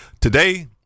Today